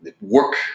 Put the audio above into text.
work